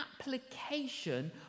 application